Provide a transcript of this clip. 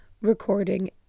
recording